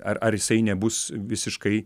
ar ar jisai nebus visiškai